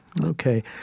Okay